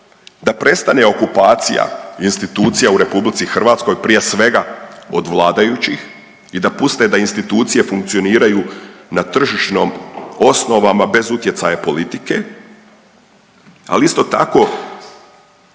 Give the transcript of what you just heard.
da prestane okupacija institucija u Republici Hrvatskoj prije svega od vladajućih i da puste da institucije funkcioniraju na tržišnim osnovama bez utjecaja politike. Ali isto tako